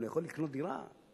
יכול לקנות דירה?